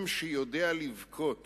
עם שיודע לבכות